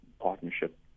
partnership